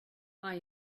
are